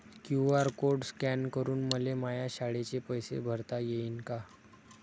QR code scan करून मले माया शाळेचे पैसे भरता येईन का?